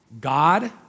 God